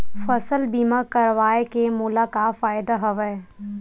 फसल बीमा करवाय के मोला का फ़ायदा हवय?